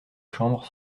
chambre